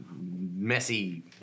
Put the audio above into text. messy